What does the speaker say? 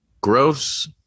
gross